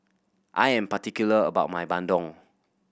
I am particular about my bandung